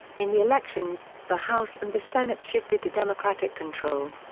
in the elections, the house and the senate shifted to democratic control.